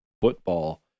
football